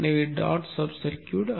எனவே dot sub circuit